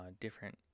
different